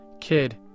Kid